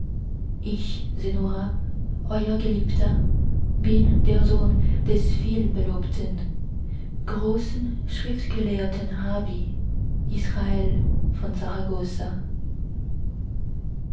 ich sennora eur geliebter bin der sohn des vielbelobten großen schriftgelehrten rabbi israel von